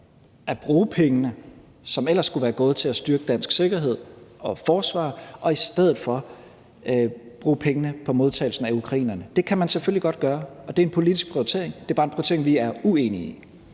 at bruge pengene, som ellers skulle være gået til at styrke dansk sikkerhed og forsvar, på modtagelsen af ukrainerne. Det kan man selvfølgelig godt gøre, og det er en politisk prioritering. Det er bare en prioritering, vi er uenige i.